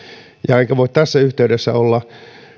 enkä voi tässä yhteydessä olla